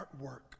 artwork